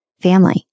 family